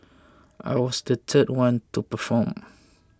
I was the third one to perform